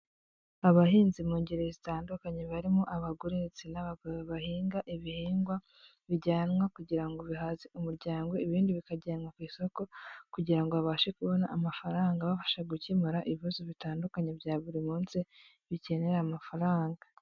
Abahinzi mu ngeri zitandukanye barimo abagore ndetse n'abagabo bahinga ibihingwa bijyanwa kugira ngo bihaze umuryango, ibindi bikajyanwa ku isoko kugira ngo babashe kubona amafaranga abafasha gukemura ibibazo bitandukanye bya buri munsi bikenera amafaranga.